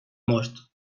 most